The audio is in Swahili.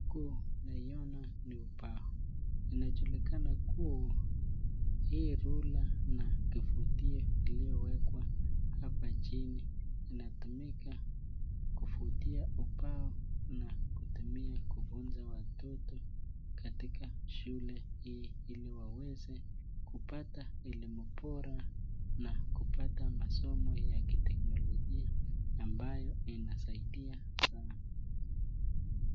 Huku naiona ni ubao inajulikana kuwa hii rula na kivutio iliyowekwa hapa chini inatumika kuvutia ubao nakutumia kufunza watoto katika shule hii ili waweze kupata elimu bora na kupata masomo ya kiteknolojia ambayo inasaidia